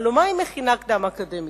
הלוא מהי מכינה קדם-אקדמית?